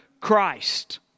Christ